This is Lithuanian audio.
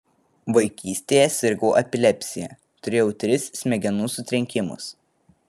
vaikystėje sirgau epilepsija turėjau tris smegenų sutrenkimus